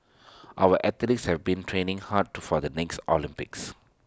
our athletes have been training hard to for the next Olympics